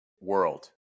world